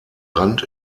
rand